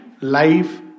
life